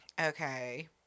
okay